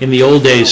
in the old days